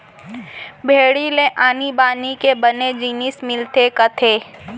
भेड़ी ले आनी बानी के बने जिनिस मिलथे कथें